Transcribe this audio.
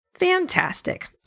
Fantastic